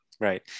right